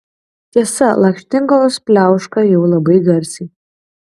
tiesa lakštingalos pliauška jau labai garsiai